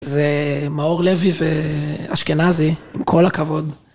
זה מאור לוי ואשכנזי, עם כל הכבוד.